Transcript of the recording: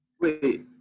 Wait